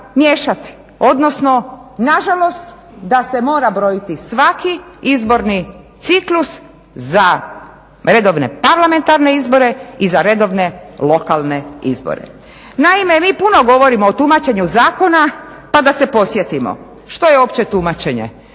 odnosno nažalost da se mora brojiti svaki izborni ciklus za redovne parlamentarne izbore i za redovne lokalne izbore. Naime, mi puno govorimo o tumačenju zakona pa da se podsjetimo što je uopće tumačenje,